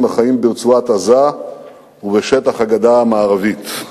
החיים ברצועת-עזה ובשטח הגדה המערבית.